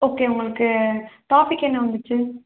okay உங்களுக்கு topic என்ன வந்துச்சு